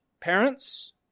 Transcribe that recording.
Parents